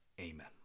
Amen